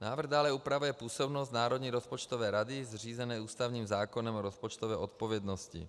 Návrh dále upravuje působnost Národní bezpečnostní rady zřízené ústavním zákonem o rozpočtové odpovědnosti.